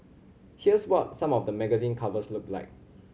here's what some of the magazine covers looked like